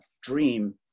dream